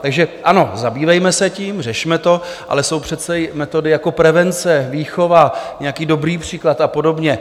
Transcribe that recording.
Takže ano, zabývejme se tím, řešme to, ale jsou přece i metody jako prevence, výchova, nějaký dobrý příklad a podobně.